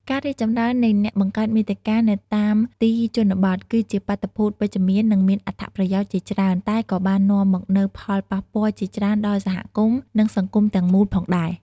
ការរីកចម្រើននៃអ្នកបង្កើតមាតិកានៅតាមទីជនបទ គឺជាបាតុភូតវិជ្ជមាន និងមានអត្ថប្រយោជន៍ជាច្រើន តែក៏បាននាំមកនូវផលប៉ះពាល់ ជាច្រើនដល់សហគមន៍ និងសង្គមទាំងមូលផងដែរ។